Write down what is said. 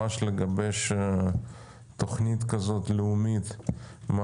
לגבש ממש תוכנית לאומית שכזו לגבי מה